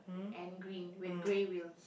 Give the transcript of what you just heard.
and green with grey wheels